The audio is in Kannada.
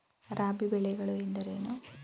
ರಾಬಿ ಬೆಳೆಗಳು ಎಂದರೇನು?